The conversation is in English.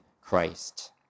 christ